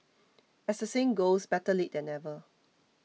as the saying goes better late than never